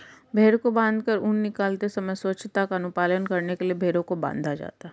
भेंड़ को बाँधकर ऊन निकालते समय स्वच्छता का अनुपालन करने के लिए भेंड़ों को बाँधा जाता है